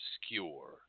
obscure